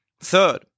Third